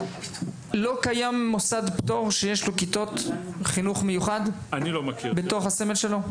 לא קיים מוסד פטור שיש לו כיתות חינוך מיוחד בתוך הסמל שלו?